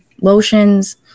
lotions